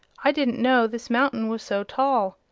i didn't know this mountain was so tall.